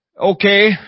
Okay